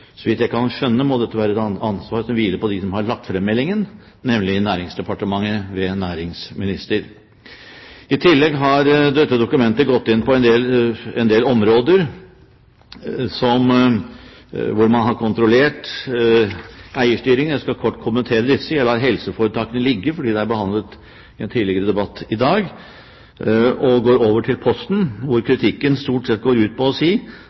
Så vidt jeg kan skjønne, må dette være et ansvar som hviler på dem som har lagt frem meldingen, nemlig Næringsdepartementet, ved næringsministeren. I tillegg har dette dokumentet gått inn på en del områder hvor man har kontrollert eierstyringen. Jeg skal kort kommentere disse. Jeg lar helseforetakene ligge, for det er behandlet i en tidligere debatt i dag. Jeg går over til Posten, hvor kritikken stort sett går ut på at da Posten fikk lov til å